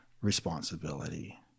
responsibility